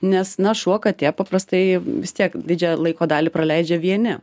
nes na šuo katė paprastai vis tiek didžiąją laiko dalį praleidžia vieni